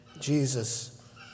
Jesus